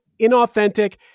inauthentic